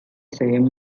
same